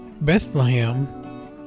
Bethlehem